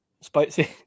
Spicy